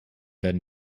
werden